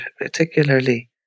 particularly